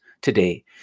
today